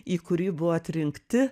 į kurį buvo atrinkti